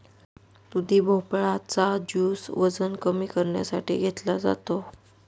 दुधी भोपळा चा ज्युस वजन कमी करण्यासाठी घेतला जातो